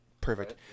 perfect